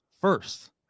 first